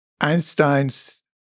Einstein's